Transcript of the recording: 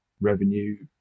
revenue